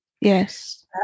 Yes